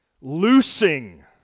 loosing